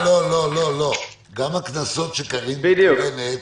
גם הכנסות שקארין מתכוונת,